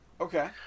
Okay